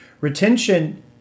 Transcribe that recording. Retention